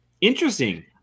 Interesting